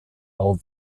old